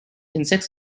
insects